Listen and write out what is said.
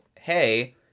hey